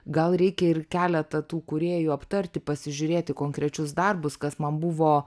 gal reikia ir keletą tų kūrėjų aptarti pasižiūrėti konkrečius darbus kas man buvo